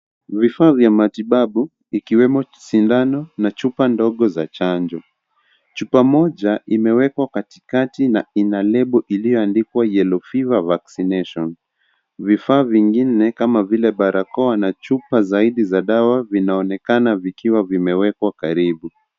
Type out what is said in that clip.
Vifaa vya matibabu ikiwemo sindano na chupa ndogo za chanjo chupa mmoja imewekwa katika na ina lebo ilioandikwa yellow fever vaccination vifaa vingine kama vile barakoa na chupa zaidi za dawa vinaonekana vikiwa vimewekwa karibu.